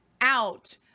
out